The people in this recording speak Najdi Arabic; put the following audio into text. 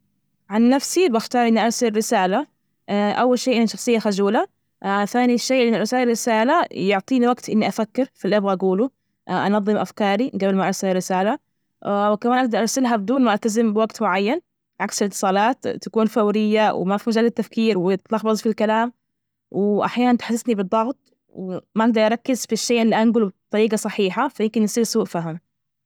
عن نفسي بختار إني أرسل رسالة. آه، أول شيء أنا شخصية خجولة، آه، ثاني شيء، إن رسائل، رسالة يعطيني وقت إني أفكر في اللي أبغى أقوله، أنظم أفكاري قبل ما أرسل رسالة، وكمان أقدر أرسلها بدون ما ألتزم بوقت معين، عكس الاتصالات تكون فورية، وما في مجال تفكير وتلخبط في الكلام، وأحيانا تحسسني بالضغط، وما أجدر أركز في الشي اللي أنجله بطريقة صحيحة، فيمكن يصير سوء فهم.